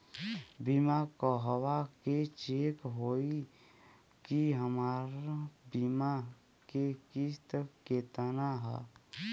बीमा कहवा से चेक होयी की हमार बीमा के किस्त केतना ह?